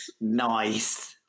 Nice